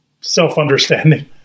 self-understanding